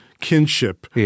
kinship